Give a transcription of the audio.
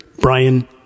Brian